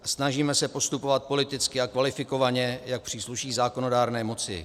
Snažíme se postupovat politicky a kvalifikovaně, jak přísluší zákonodárné moci.